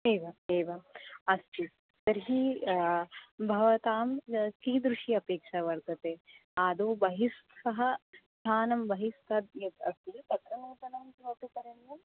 एवम् एवम् अस्तु तर्हि भवतां कीदृशी अपेक्षा वर्तते आदौ बहिस्थं स्थानं बहिस्थात् यद् अस्ति तत्र नूतनं किमपि करणीयम्